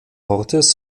orts